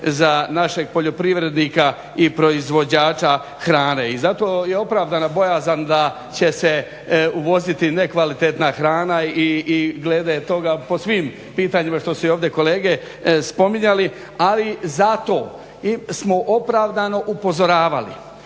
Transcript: za našeg poljoprivrednika i proizvođača hrane. I zato je opravdana bojazan da će se uvoziti nekvalitetna hrana i glede toga po svim pitanjima što su i ovdje kolege spominjali. Ali zato smo opravdano upozoravali